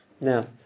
Now